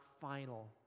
final